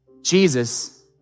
Jesus